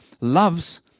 loves